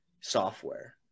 software